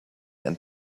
and